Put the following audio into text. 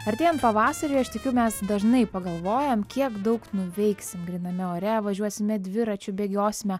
artėjant pavasariui aš tikiu mes dažnai pagalvojam kiek daug nuveiksim gryname ore važiuosime dviračiu bėgiosime